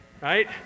right